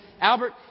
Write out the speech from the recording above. Albert